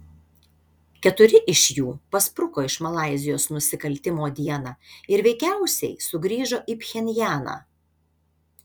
keturi iš jų paspruko iš malaizijos nusikaltimo dieną ir veikiausiai sugrįžo į pchenjaną